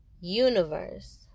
universe